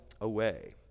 away